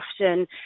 often